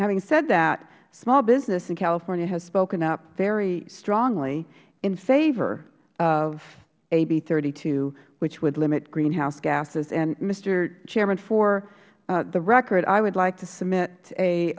having said that small business in california has spoken up very strongly in favor of a b thirty two which would limit greenhouse gases mister chairman for the record i would like to submit a